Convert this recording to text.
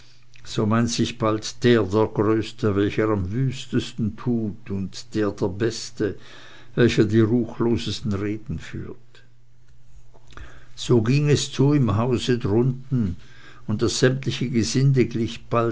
so meint sich bald der der größte welcher am wüstesten tut und der der beste welcher die ruchlosesten reden führt so ging es zu im hause drunten und das sämtliche gesinde